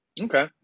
Okay